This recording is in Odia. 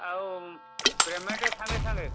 ଆଉ ପ୍ୟାମେଣ୍ଟ୍ ସାଙ୍ଗେସାଙ୍ଗେ